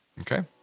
Okay